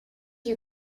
you